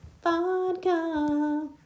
vodka